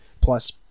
plus